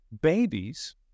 Babies